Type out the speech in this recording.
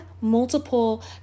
multiple